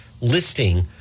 listing